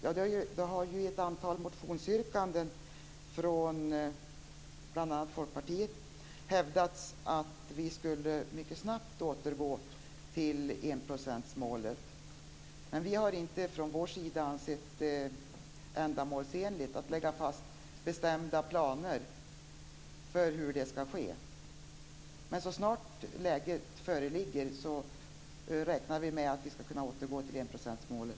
Fru talman! I ett antal motionsyrkanden från bl.a. Folkpartiet har det hävdats att Sverige mycket snabbt borde återgå till enprocentsmålet. Men vi socialdemokrater har inte ansett det ändamålsenligt att lägga fast bestämda planer för hur detta skall ske. Så snart läget föreligger räknar vi med att kunna återgå till enprocentsmålet.